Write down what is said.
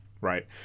Right